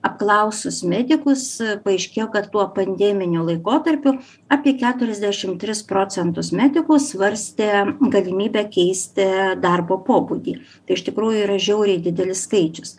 apklausus medikus paaiškėjo kad tuo pandeminiu laikotarpiu apie keturiasdešim tris procentus medikų svarstė galimybę keisti darbo pobūdį tai iš tikrųjų yra žiauriai didelis skaičius